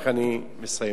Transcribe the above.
ואני מסיים.